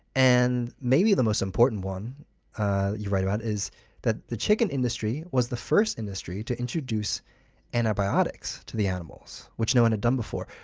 and maybe the most important one you write about is that the chicken industry was the first industry to introduce antibiotics to the animals, which no one had done before.